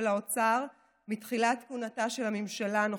האוצר מתחילת כהונתה של הממשלה הנוכחית: